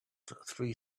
three